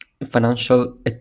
Financial